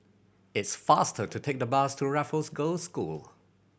it's faster to take the bus to Raffles Girls' School